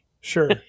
Sure